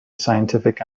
scientific